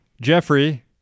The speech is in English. Jeffrey